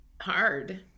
hard